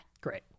Great